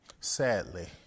Sadly